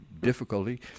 difficulty